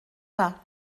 pas